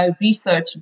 research